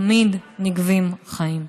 תמיד נגבים חיים.